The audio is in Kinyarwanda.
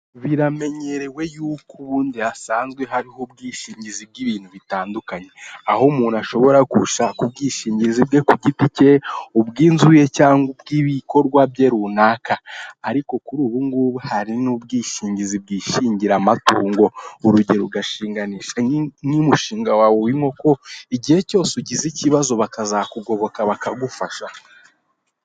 Biramenyerewe y'uko ubundi hasanzwe hariho ubwishingizi bw'ibintu bitandukanye, aho umuntu ashobora gushaka ubwishingizi bwe ku giti ke, ubw'inzu ye, cyangwa ubw'ibikorwa bye runaka, ariko kuri ubu ngubu hari n'ubwishingizi bw'ishingira amutungo, urugero ugashinganisha nk'umushinga wawe w'inkoko, igihe cyose ugize ikibazo bakazakugoboka bakagufasha.